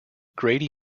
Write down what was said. grady